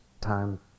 time